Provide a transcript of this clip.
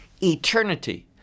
eternity